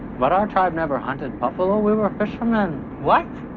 but our tribe never hunted buffalo! we were fishermen! what?